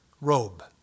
robe